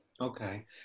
okay